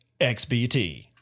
XBT